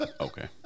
okay